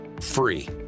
free